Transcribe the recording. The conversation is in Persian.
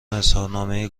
اظهارنامه